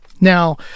Now